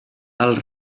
els